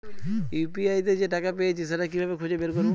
UPI তে যে টাকা পেয়েছি সেটা কিভাবে খুঁজে বের করবো?